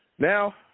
Now